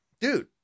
Dude